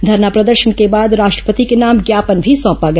धरना प्रदर्शन के बाद राष्ट्रपति के नाम ज्ञापन भी सौंपा गया